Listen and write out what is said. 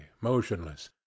motionless